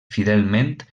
fidelment